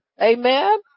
Amen